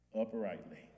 uprightly